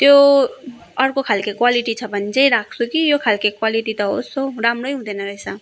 त्यो अर्को खालको क्वालिटी छ भने चाहिँ राख्छु कि यो खालको क्वालिटी त होस् हौ राम्रै हुँदैन रहेछ